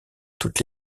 toutes